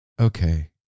okay